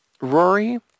Rory